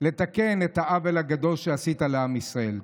לתקן את העוול הגדול שעשית לעם ישראל.